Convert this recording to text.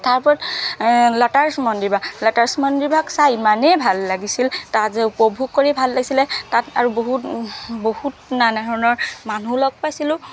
তাৰ ওপৰত ল'টাছ মন্দিৰভাগ ল'টাছ মন্দিৰভাগ চাই ইমানেই ভাল লাগিছিল তাত যাই উপভোগ কৰি ভাল লাগিছিলে তাত আৰু বহুত বহুত নানা ধৰণৰ মানুহ লগ পাইছিলো